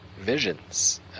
visions